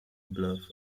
bluff